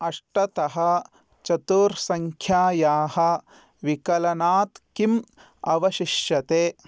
अष्टतः चतुर्सङ्ख्यायाः विकलनात् किम् अवशिष्यते